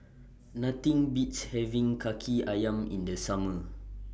Nothing Beats having Kaki Ayam in The Summer